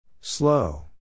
Slow